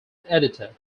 editor